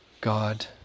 God